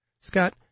Scott